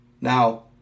Now